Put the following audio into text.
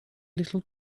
little